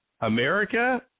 America